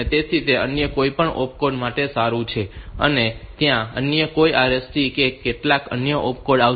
તેથી તે અન્ય કોઈપણ ઓપકોડ માટે સારું છે અને ત્યાં અન્ય કોઈ RST કે કેટલાક અન્ય ઓપકોડ આવશે